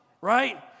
right